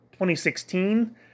2016